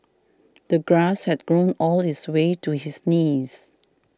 the grass had grown all this way to his knees